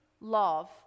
love